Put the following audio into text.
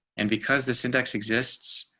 and because this index exists.